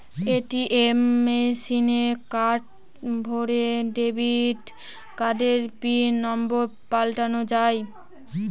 ATM মেশিনে card ভোরে debit কার্ডের পিন নম্বর পাল্টানো যায়